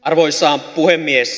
arvoisa puhemies